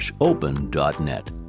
open.net